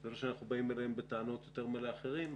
לא שאנחנו באים אליהם בטענות יותר מאשר לאחרים,